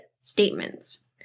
statements